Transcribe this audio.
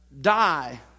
Die